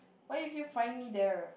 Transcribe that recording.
what if you find me there